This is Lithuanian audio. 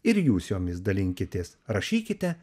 ir jūs jomis dalinkitės rašykite